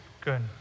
Good